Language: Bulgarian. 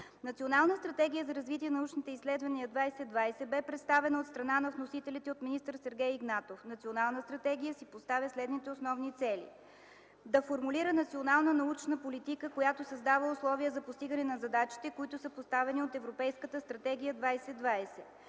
Националната стратегия за развитие на научните изследвания 2020 бе представена от страна на вносителите от министър Сергей Игнатов. Националната стратегия си поставя следните основни цели: - да формулира национална научна политика, която създава условия за постигане на задачите, които са поставени от Европейската стратегия 2020;